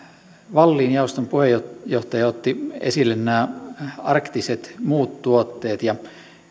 wallin jaoston puheenjohtaja otti esille arktiset muut tuotteet